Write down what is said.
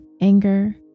anger